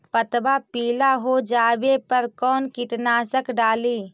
पतबा पिला हो जाबे पर कौन कीटनाशक डाली?